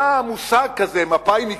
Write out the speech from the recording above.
היה מושג כזה מפא"יניקי,